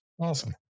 Awesome